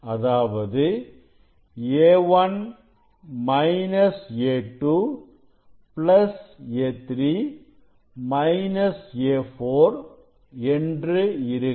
அதாவது A1 minus A2 plus A3 minus A4 என்று இருக்கும்